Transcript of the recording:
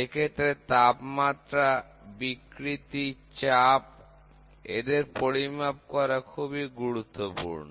এক্ষেত্রে তাপমাত্রা বিকৃতি চাপ এদের পরিমাপ করা খুব গুরুত্বপূর্ণ